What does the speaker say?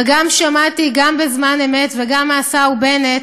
וגם שמעתי, גם בזמן אמת וגם מהשר בנט,